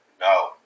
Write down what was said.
No